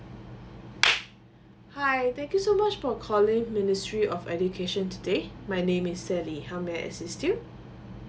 hi thank you so much for calling ministry of education today my name is sally how may I assist you